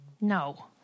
No